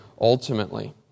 ultimately